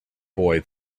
boy